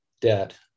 debt